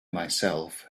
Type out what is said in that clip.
myself